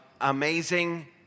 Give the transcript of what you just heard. amazing